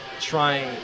trying